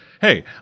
hey